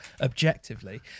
objectively